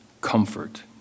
comfort